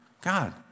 God